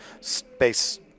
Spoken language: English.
space